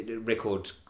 record